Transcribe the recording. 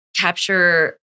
capture